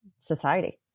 Society